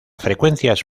frecuencias